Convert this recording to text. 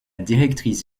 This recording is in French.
directrice